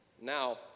Now